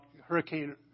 Hurricane